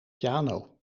piano